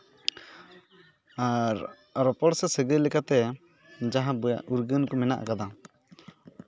ᱟᱨ ᱨᱚᱯᱚᱲ ᱥᱮ ᱥᱟᱹᱜᱟᱹᱭ ᱞᱮᱠᱟᱛᱮ ᱡᱟᱦᱟᱸ ᱩᱨᱜᱟᱹᱱ ᱠᱚ ᱢᱮᱱᱟᱜ ᱠᱟᱫᱟ